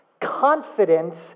confidence